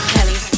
Kelly